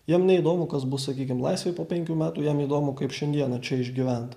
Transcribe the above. jiem neįdomu kas bus sakykim laisvėj po penkių metų jiem įdomu kaip šiandieną čia išgyvent